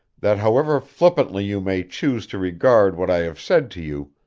that however flippantly you may choose to regard what i have said to you,